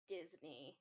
Disney